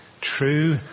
True